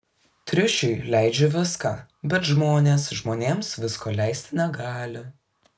triušiui leidžiu viską bet žmonės žmonėms visko leisti negali